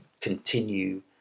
continue